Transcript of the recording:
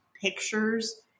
pictures